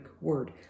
word